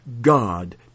God